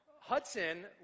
Hudson